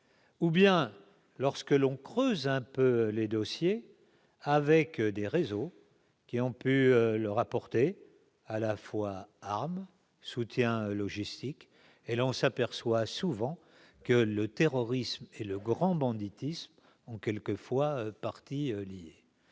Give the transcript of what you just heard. Ou bien lorsque l'on creuse un peu les dossiers avec des réseaux qui ont peut leur apporter à la fois armes soutien logistique et l'on s'aperçoit souvent que le terrorisme et le grand banditisme en quelques fois partie liée,